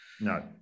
No